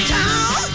town